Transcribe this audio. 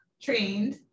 trained